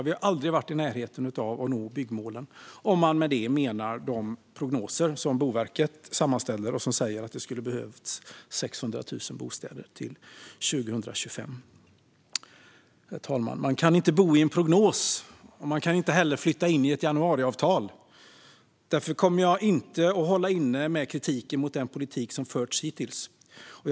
Vi har aldrig varit i närheten av att nå byggmålen, om man med det menar de prognoser som Boverket sammanställer där det sägs att det skulle behövas 600 000 bostäder till 2025. Herr talman! Man kan inte bo i en prognos. Man kan inte heller flytta in i ett januariavtal. Därför kommer jag inte att hålla inne med kritiken mot den politik som hittills har förts.